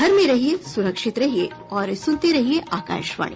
घर में रहिये सुरक्षित रहिये और सुनते रहिये आकाशवाणी